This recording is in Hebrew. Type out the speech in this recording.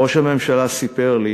ראש הממשלה סיפר לי